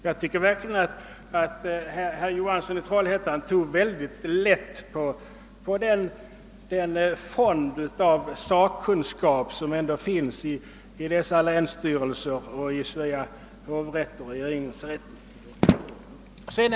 Jag tycker verkligen att herr Johansson i Trollhättan tog mycket lätt på den fond av sakkunskap som finns i dessa länsstyrelser, i Svea hovrätt och i regeringsrätten.